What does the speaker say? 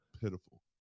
pitiful